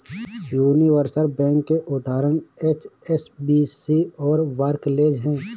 universal bank के उदाहरण HSBC और बार्कलेज हैं